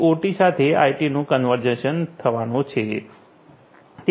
તેથી ઓટી સાથે આઇટીનું કન્વર્જન્સ થવાનું છે